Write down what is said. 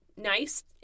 nice